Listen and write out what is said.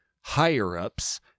higher-ups